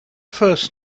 first